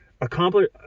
accomplish